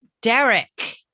Derek